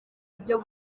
buryo